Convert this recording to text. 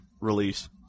release